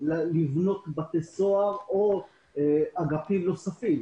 לבנות בתי-סוהר או אגפים נוספים.